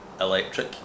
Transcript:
electric